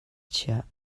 chiah